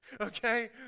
okay